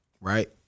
Right